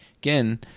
again